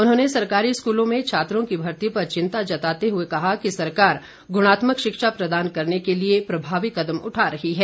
उन्होंने सरकारी स्कूलों में छात्रों की भर्ती पर चिंता व्यक्त करते हुए कहा कि सरकार गुणात्मक शिक्षा प्रदान करने के लिए प्रभावी कदम उठा रही है